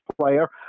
player